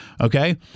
Okay